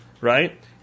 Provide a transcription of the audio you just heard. right